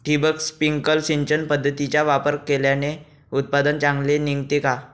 ठिबक, स्प्रिंकल सिंचन पद्धतीचा वापर केल्याने उत्पादन चांगले निघते का?